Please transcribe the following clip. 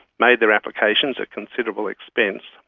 made their applications at considerable expense,